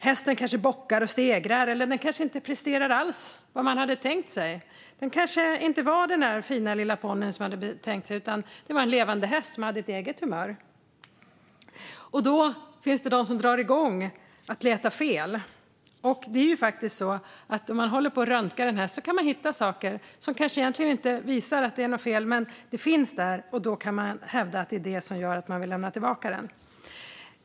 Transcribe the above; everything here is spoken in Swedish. Hästen kanske bockar och stegrar eller kanske inte alls presterar vad man hade tänkt sig. Den kanske inte var den där fina lilla ponnyn som man hade tänkt sig, utan det var en levande häst med ett eget humör. Då finns det de som drar igång med att leta fel, och det är ju faktiskt så att om man håller på och röntgar en häst så kan man hitta saker som kanske egentligen inte visar att det är något fel. Men det finns där, och då kan man hävda att det är detta som gör att man vill lämna tillbaka hästen.